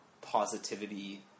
positivity